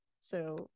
So-